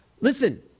Listen